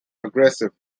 aggressive